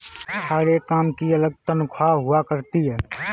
हर एक काम की अलग तन्ख्वाह हुआ करती है